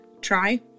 try